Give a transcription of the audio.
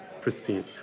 pristine